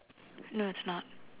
no it's not